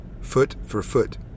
foot-for-foot